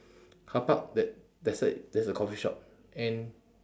carpark th~ there's a there's a coffee shop and